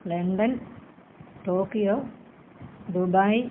London Tokyo Dubai